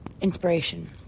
inspiration